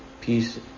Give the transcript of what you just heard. peace